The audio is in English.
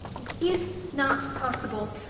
it is not possible.